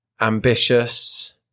Ambitious